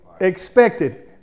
expected